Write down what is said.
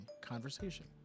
conversation